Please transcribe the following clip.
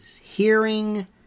hearing